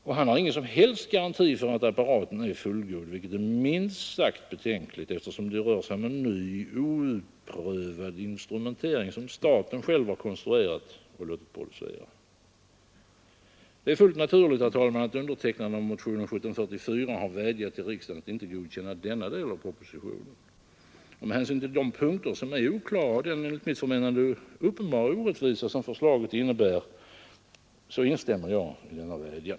Och han har ingen som helst garanti för att apparaten är fullgod, vilket är minst sagt betänkligt, eftersom det rör sig om en ny, outprovad instrumentering, som staten själv har konstruerat och låtit producera. Det är fullt naturligt, herr talman, att undertecknarna av motionen 1744 vädjat till riksdagen att inte godkänna denna del av propositionen. Med hänsyn till de punkter som är oklara och den enligt mitt förmenande uppenbara orättvisa, som förslaget innebär, instämmer jag i denna vädjan.